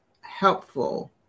helpful